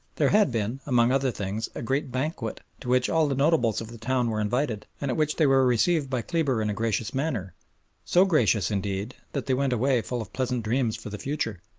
there had been, among other things, a great banquet, to which all the notables of the town were invited, and at which they were received by kleber in a gracious manner so gracious, indeed, that they went away full of pleasant dreams for the future.